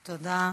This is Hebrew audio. תודה.